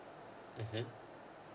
mmhmm